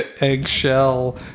Eggshell